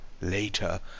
later